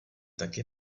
taky